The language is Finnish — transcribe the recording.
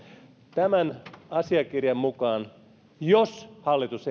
tämän asiakirjan mukaan se jos hallitus